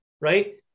right